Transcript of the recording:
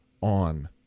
on